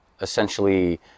essentially